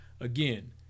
Again